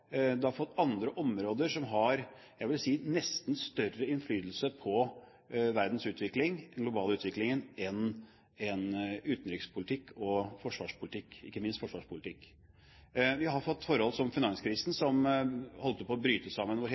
har blitt mer global, man har fått andre områder som har – jeg vil si – nesten større innflytelse på verdens utvikling, den globale utviklingen, enn utenrikspolitikk og forsvarspolitikk, ikke minst forsvarspolitikk. Vi har hatt forhold som finanskrisen,